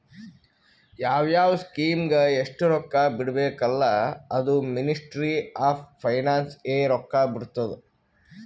ಯಾವ್ ಯಾವ್ ಸ್ಕೀಮ್ಗ ಎಸ್ಟ್ ರೊಕ್ಕಾ ಬಿಡ್ಬೇಕ ಅಲ್ಲಾ ಅದೂ ಮಿನಿಸ್ಟ್ರಿ ಆಫ್ ಫೈನಾನ್ಸ್ ಎ ರೊಕ್ಕಾ ಬಿಡ್ತುದ್